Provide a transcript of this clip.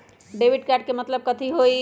Debit card के मतलब कथी होई?